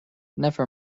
never